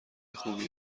خوبی